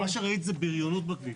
מה שראית זה בריונות בכביש.